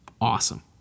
awesome